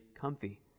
comfy